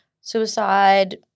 suicide